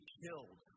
killed